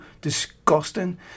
disgusting